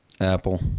Apple